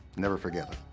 never forget